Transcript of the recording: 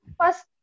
first